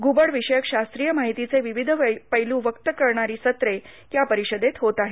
घुबड विषयक शास्त्रीय माहितीचे विविध पैलू व्यक्त करणारी सत्रे परिषदेत होत आहेत